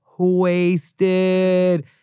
Wasted